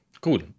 Cool